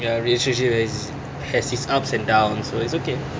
ya relationships is has its ups and downs so it's okay